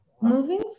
moving